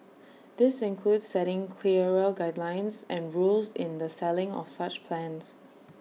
this includes setting clearer guidelines and rules in the selling of such plans